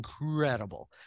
incredible